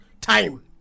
time